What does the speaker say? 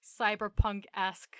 cyberpunk-esque